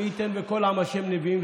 ומי יתן כל עם ה' בנביאים",